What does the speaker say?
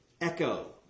Echo